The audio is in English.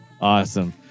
awesome